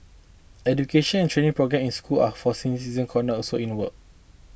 education and training programmes in schools or for senior citizen corners are also in the works